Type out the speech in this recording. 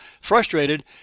frustrated